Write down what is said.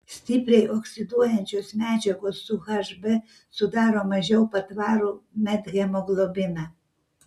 stipriai oksiduojančios medžiagos su hb sudaro mažiau patvarų methemoglobiną